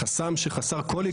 חסם שחסר כל היגיון.